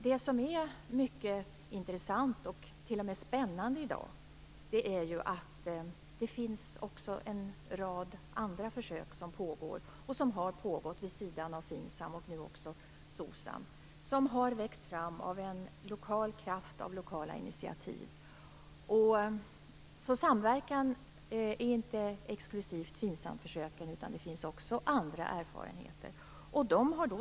Det som är mycket intressant och t.o.m. spännande i dag är ju att det också finns en rad andra försök som pågår och har pågått vid sidan av FINSAM, och nu också SOCSAM, som har växt fram av en lokal kraft och av lokala initiativ. Så samverkan är inte exklusivt för FINSAM-försöken, utan det finns också andra erfarenheter.